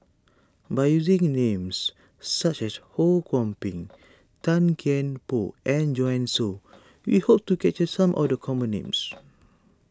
by using names such as Ho Kwon Ping Tan Kian Por and Joanne Soo we hope to capture some of the common names